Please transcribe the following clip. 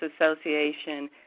Association